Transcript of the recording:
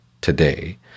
today